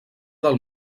del